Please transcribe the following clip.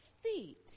feet